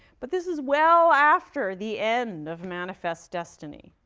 but this is well after the end of manifest destiny.